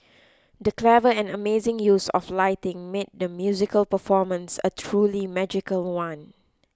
the clever and amazing use of lighting made the musical performance a truly magical one